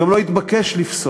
וגם לא התבקש לפסוק,